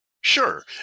Sure